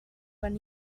when